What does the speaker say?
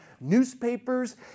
newspapers